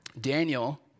Daniel